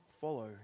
follow